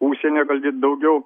užsieny gal ir daugiau